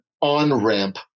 on-ramp